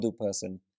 person